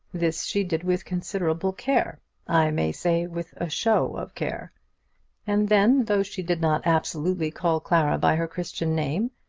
this she did with considerable care i may say, with a show of care and then, though she did not absolutely call clara by her christian name,